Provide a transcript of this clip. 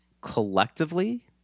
collectively